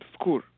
school